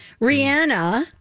Rihanna